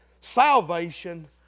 salvation